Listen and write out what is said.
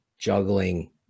juggling